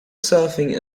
surfing